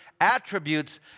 attributes